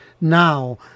Now